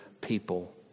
people